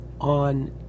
on